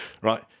Right